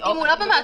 זה לא מעצר.